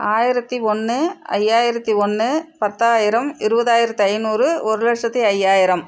ஆயிரத்தி ஒன்று ஐயாயிரத்தி ஒன்று பத்தாயிரம் இருபதாயிரத்தி ஐந்நூறு ஒரு லஷத்தி ஐயாயிரம்